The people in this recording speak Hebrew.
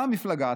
באה מפלגה,